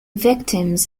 victims